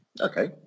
Okay